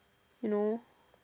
you know